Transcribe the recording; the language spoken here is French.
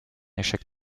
échec